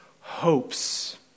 hopes